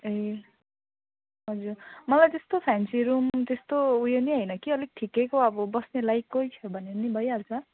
ए हजुर मलाई त्यस्तो फ्यान्सी रुम त्यस्तो उयो नि होइन कि अलिक ठिकैको अब बस्ने लायककै छ भने नि भइहाल्छ